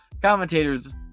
commentators